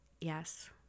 yes